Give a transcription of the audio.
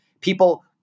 People